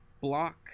Block